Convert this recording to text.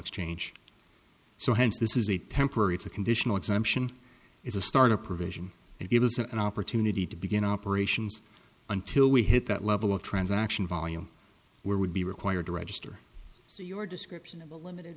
exchange so hence this is a temporary it's a conditional exemption is a start a provision and give us an opportunity to begin operations until we hit that level of transaction volume where would be required to register so your description of a limited